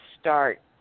start